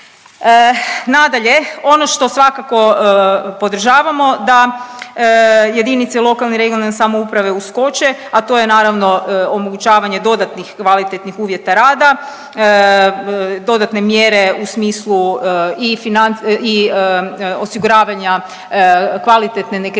Nadalje, ono što svakako podržavamo da jedinice lokalne i regionalne samouprave uskoče, a to je naravno omogućavanje dodatnih kvalitetnih uvjeta rada, dodatne mjere u smislu i osiguravanja kvalitetne nekretnine